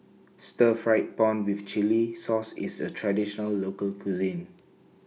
Stir Fried Prawn with Chili Sauce IS A Traditional Local Cuisine